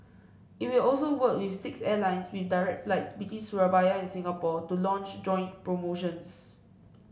it will also work with six airlines with direct flights between Surabaya and Singapore to launch joint promotions